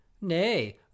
Nay